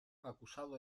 acusado